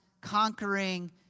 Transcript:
conquering